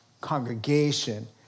congregation